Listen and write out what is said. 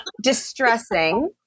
distressing